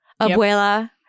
Abuela